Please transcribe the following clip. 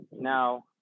Now